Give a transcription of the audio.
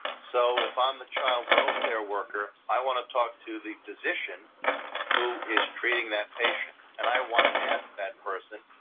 so if i'm the child welfare worker, i want to talk to the physician who is treating that patient. and i want to ask that person,